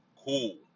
Cool